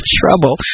trouble